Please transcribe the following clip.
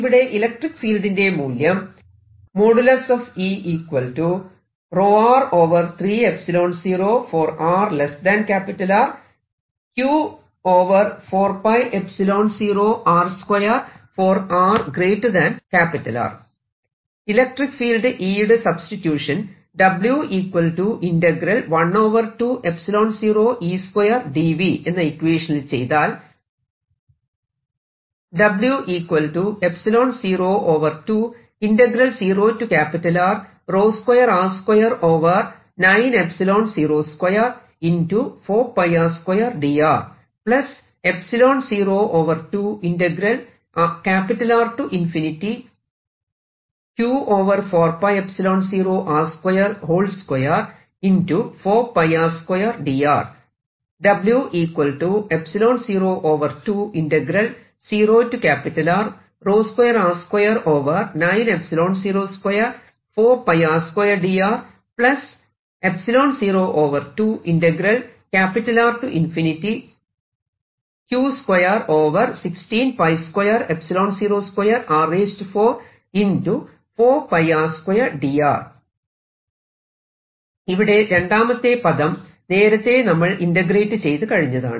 ഇവിടെ ഇലക്ട്രിക് ഫീൽഡിന്റെ മൂല്യം ഇലക്ട്രിക്ക് ഫീൽഡ് E യുടെ സബ്സ്റ്റിട്യൂഷൻ എന്ന ഇക്വേഷനിൽ ചെയ്താൽ ഇവിടെ രണ്ടാമത്തെ പദം നേരത്തെ നമ്മൾ ഇന്റഗ്രേറ്റ് ചെയ്ത് കഴിഞ്ഞതാണ്